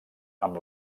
amb